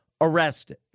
arrested